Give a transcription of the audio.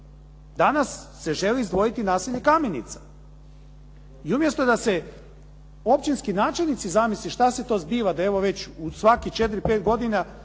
Danas se želi izdvojiti naselje Kamenica. I umjesto da se općinski načelnici zamisle što se to zbiva da evo već u svake 4, 5 godina